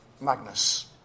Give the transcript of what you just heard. Magnus